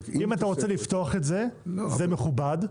אם אתה רוצה לפתוח את זה, זה מכובד,